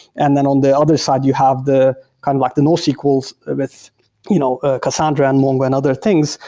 and then on the other side, you have kind of like the nosql so with you know ah cassandra and along with and other things.